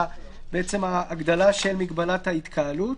ההגדלה של מגבלת ההתקהלות.